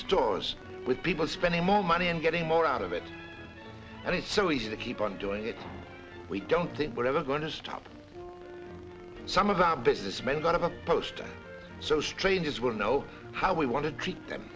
stores with people spending more money and getting more out of it and it's so easy to keep on doing it we don't think we're ever going to stop some of our businessmen going to post so strangers will know how we want to treat them